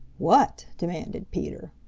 what? demanded peter.